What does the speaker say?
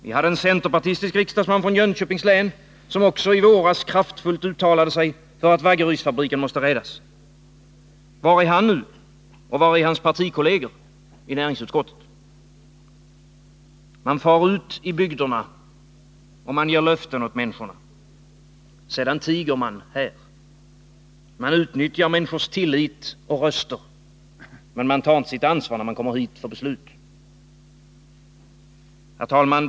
Vi hade en centerpartistisk riksdagsman från Jönköpings län, som också under våren kraftfullt uttalat sig för att Vaggerydsfabriken måste räddas. Var är han nu? Var är hans partikolleger i näringsutskottet? Man far ut i bygderna och man ger löften till människorna — sedan tiger man här. Man utnyttjar människors tillit och röster, men man tar inte sitt ansvar när man kommer hit för beslut. Herr talman!